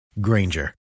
Granger